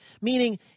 Meaning